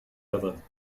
other